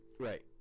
Right